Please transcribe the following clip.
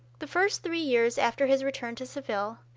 the first three years after his return to seville,